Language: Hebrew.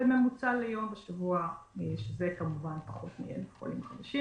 וזה פחות מ-1,000 חולים חדשים.